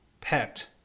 pet